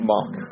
Mock